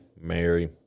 Mary